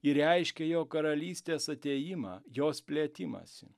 ir reiškia jo karalystės atėjimą jos plėtimąsi